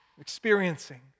experiencing